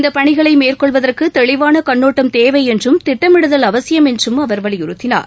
இந்த பணிகளை மேற்கொள்வதற்கு தெளிவான கண்ணோட்டம் தேவை என்றும் திட்டமிடுதல் அவசியம் என்றும் அவர் வலியுறுத்தினார்